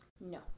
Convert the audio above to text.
No